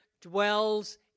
dwells